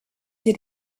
did